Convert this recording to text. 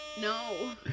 No